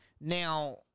now